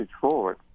forward